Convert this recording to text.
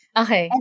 okay